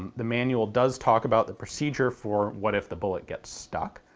the manual does talk about the procedure for what if the bullet gets stuck.